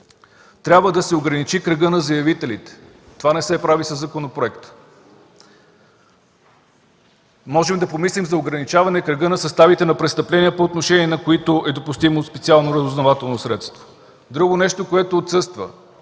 Трябва да се ограничи кръгът на заявителите, а това не се прави със законопроект. Можем да помислим за ограничаване на кръга на съставите на престъпления, по отношение на които е допустимо специално разузнавателно средство. Друго нещо, което отсъства: